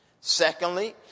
Secondly